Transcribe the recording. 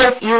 F U